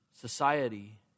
society